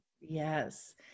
Yes